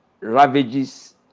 ravages